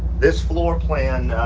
this floor plan